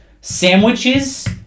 sandwiches